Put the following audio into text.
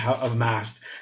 amassed